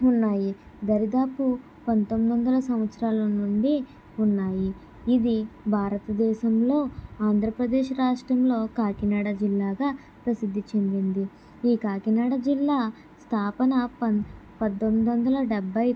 ఉన్నాయి దరిదాపు ఉన్నాయి దరిదాపు పంతొమ్మిది వందల సంవత్సరాల సంవత్సరాల నుండి ఉన్నాయి ఇది భారతదేశంలో ఆంధ్రప్రదేశ్ రాష్ట్రంలో కాకినాడ జిల్లాగా ప్రసిద్ధి చెందింది ఈ కాకినాడ జిల్లా స్థాపన పన్ పంతొమ్మిది వందల డెబ్బై